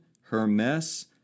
Hermes